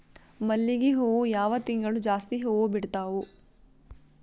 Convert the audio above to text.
ಮಲ್ಲಿಗಿ ಹೂವು ಯಾವ ತಿಂಗಳು ಜಾಸ್ತಿ ಹೂವು ಬಿಡ್ತಾವು?